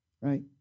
right